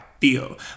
feel